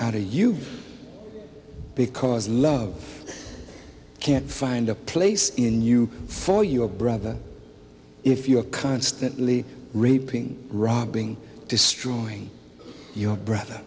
out to you because love can't find a place in you for your brother if you are constantly raping robbing destroying your brother